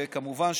וכמובן,